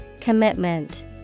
Commitment